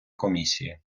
комісії